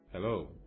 Hello